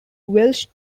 welsh